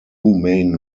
main